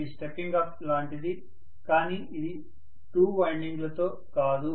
ఇది stepping up లాంటిది కానీ ఇది 2 వైండింగ్లతో కాదు